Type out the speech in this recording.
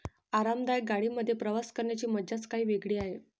आरामदायक गाडी मध्ये प्रवास करण्याची मज्जाच काही वेगळी आहे